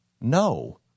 No